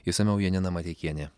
išsamiau janina mateikienė